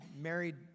married